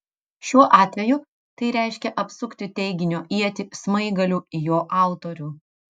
šiuo atveju tai reiškia apsukti teiginio ietį smaigaliu į jo autorių